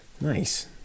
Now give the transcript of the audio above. Nice